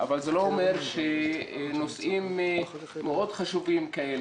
אבל זה לא אומר שלא צריך לטפל בנושאים חשובים מאוד כאלה,